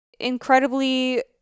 incredibly